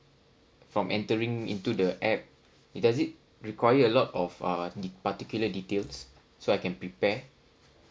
from entering into the app does it require a lot of uh the particular details so I can prepare